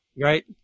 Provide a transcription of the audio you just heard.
right